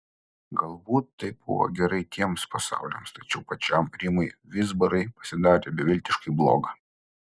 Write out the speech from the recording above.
galbūt tai buvo gerai tiems pasauliams tačiau pačiam rimui vizbarai pasidarė beviltiškai bloga